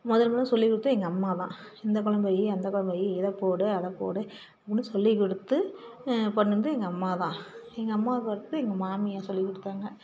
முதல் முதலில் சொல்லிக்கொடுத்தது எங்கள் அம்மா தான் இந்த கொழம்பு வை அந்த கொழம்பு வை இதை போடு அதை போடு அப்படின்னு சொல்லிக்கொடுத்து பண்ணினது எங்கள் அம்மா தான் எங்கள் அம்மாவுக்கு அடுத்து எங்கள் மாமியார் சொல்லிக் கொடுத்தாங்க